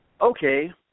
okay